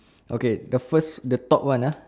okay the first the top one ah